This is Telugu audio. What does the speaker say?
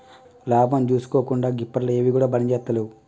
లాభం జూసుకోకుండ గిప్పట్ల ఎవ్విగుడ పనిజేత్తలేవు